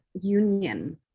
union